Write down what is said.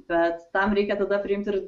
bet tam reikia tada priimt ir